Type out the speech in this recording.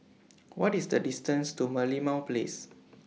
What IS The distance to Merlimau Place